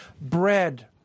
bread